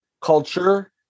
culture